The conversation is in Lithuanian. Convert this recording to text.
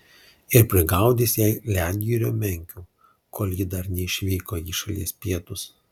ir prigaudys jai ledjūrio menkių kol ji dar neišvyko į šalies pietus